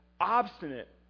obstinate